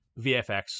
VFX